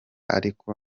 ariko